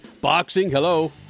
boxing—hello